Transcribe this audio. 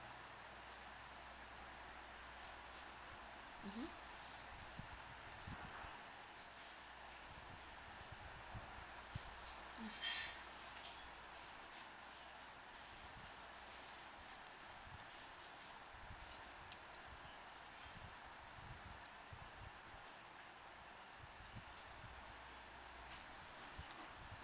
mmhmm mm